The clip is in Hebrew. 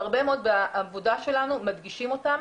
בהרבה מהעבודה שלנו מדגישים אותם.